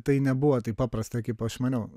tai nebuvo taip paprasta kaip aš maniau